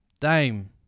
Dame